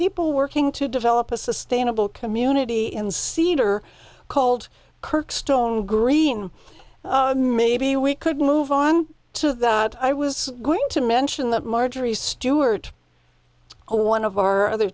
people working to develop a sustainable community in cedar called kirkstone green maybe we could move on to that i was going to mention that marjorie stewart oh one of our other